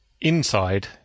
inside